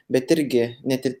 bet irgi net ir